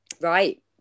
right